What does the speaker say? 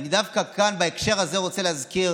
דווקא בהקשר הזה אני רוצה להזכיר